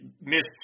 missed